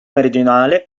meridionale